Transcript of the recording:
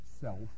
self